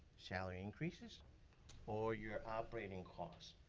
salary increases or your operating costs.